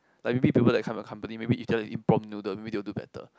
like maybe to people come your company maybe you tell them eat prawn noodle maybe they will do better